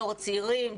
דור הצעירים,